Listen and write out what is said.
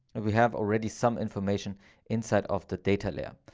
and we have already some information inside of the data layer.